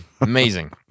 amazing